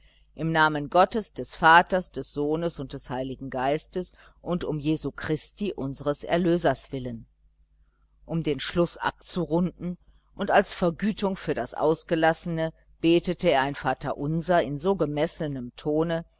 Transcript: im namen gottes des vaters des sohnes und des heiligen geistes und um jesu christi unseres erlösers willen um den schluß abzurunden und als vergütung für das ausgelassene betete er ein vaterunser in so gemessenem tone